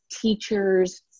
teachers